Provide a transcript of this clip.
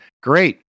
great